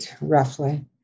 roughly